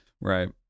Right